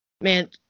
Man